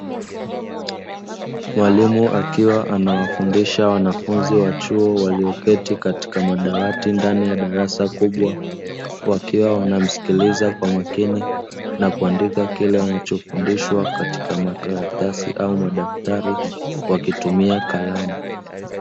Mwalimu akiwa anawafundisha wanafunzi wa chuo walioketi katika madawati ndani ya darasa kubwa, wakiwa wanamsikiliza kwa makini na kuandika kile wanachofundishwa katika makaratasi au madaftari, wakitumia kalamu.